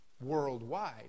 worldwide